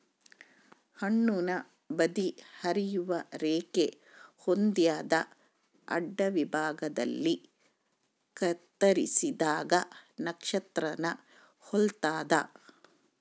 ಹಣ್ಣುನ ಬದಿ ಹರಿಯುವ ರೇಖೆ ಹೊಂದ್ಯಾದ ಅಡ್ಡವಿಭಾಗದಲ್ಲಿ ಕತ್ತರಿಸಿದಾಗ ನಕ್ಷತ್ರಾನ ಹೊಲ್ತದ